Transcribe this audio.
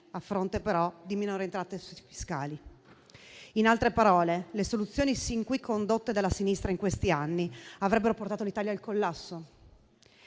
a fronte però di minori entrate fiscali. In altre parole, le soluzioni sin qui condotte dalla sinistra in questi anni avrebbero portato l'Italia al collasso.